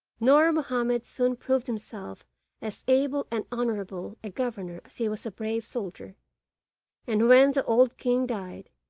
nur mahomed soon proved himself as able and honourable a governor as he was a brave soldier and, when the old king died,